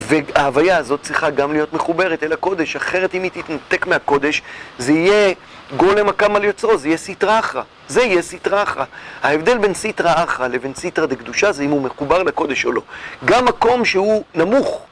וההוויה הזאת צריכה גם להיות מחוברת אל הקודש, אחרת אם היא תתנתק מהקודש זה יהיה גולם הקם על יוצרו, זה יהיה סטרא אחרא, זה יהיה סטרא אחרא. ההבדל בין סטרא אחרא לבין סטרא דקדושה זה אם הוא מחובר לקודש או לא. גם מקום שהוא נמוך...